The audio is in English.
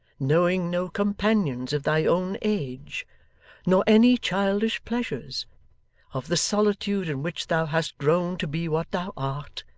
knowing no companions of thy own age nor any childish pleasures of the solitude in which thou has grown to be what thou art,